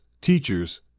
teachers